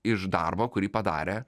iš darbo kurį padarė